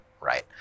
right